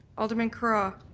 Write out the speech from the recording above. alderman cara?